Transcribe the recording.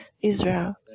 Israel